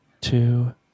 two